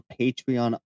Patreon